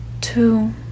two